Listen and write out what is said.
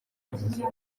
muzika